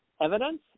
evidence